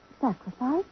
Sacrifice